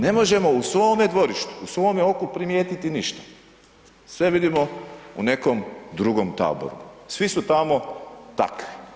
Ne možemo u svome dvorištu u svome oku primijetiti ništa, sve vidimo u nekom drugom taboru, svi su tamo takvi.